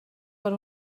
per